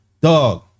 dog